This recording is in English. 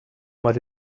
much